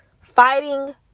fighting